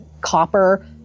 copper